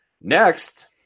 Next